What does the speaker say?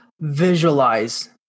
visualize